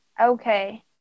Okay